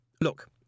Look